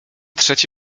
trzeci